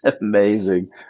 Amazing